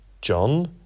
John